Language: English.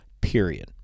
period